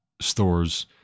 stores